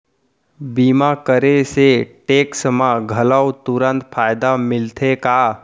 बीमा करे से टेक्स मा घलव तुरंत फायदा मिलथे का?